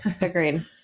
Agreed